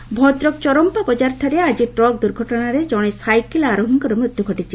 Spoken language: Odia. ଦୁର୍ଘଟଣା ଭଦ୍ରକ ଚରମ୍ପା ବଜାରଠାରେ ଆଜି ଟ୍ରକ୍ ଦୁର୍ଘଟଣାରେ ଜଣେ ସାଇକେଲ ଆରୋହୀଙ୍କର ମୃତ୍ୟୁ ଘଟିଛି